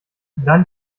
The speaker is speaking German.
dann